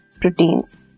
proteins